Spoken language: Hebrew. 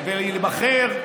ולהיבחר,